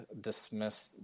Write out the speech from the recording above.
dismiss